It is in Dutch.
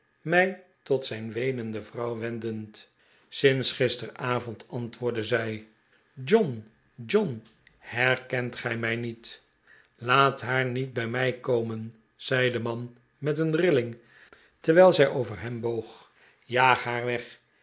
mij tot zijn weenende vrouw wendend sinds gisteravond antwoordde zij john john herkent gij mij niet laat haar niet bij mij komen zei de man met een rilling terwijl zij over hem heen boog jaag haar weg